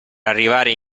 arrivare